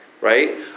right